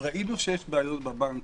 שראינו שיש בעיות בבנק.